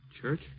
Church